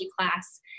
class